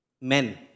Men